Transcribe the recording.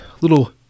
little